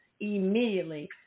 immediately